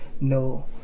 No